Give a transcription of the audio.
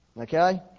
Okay